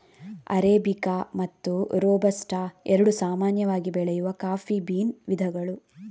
arabica ಮತ್ತು robusta ಎರಡು ಸಾಮಾನ್ಯವಾಗಿ ಬೆಳೆಯುವ ಕಾಫಿ ಬೀನ್ ವಿಧಗಳು